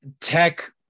Tech